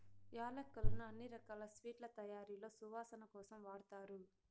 యాలక్కులను అన్ని రకాల స్వీట్ల తయారీలో సువాసన కోసం వాడతారు